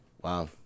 Wow